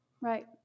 right